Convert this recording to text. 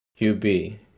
QB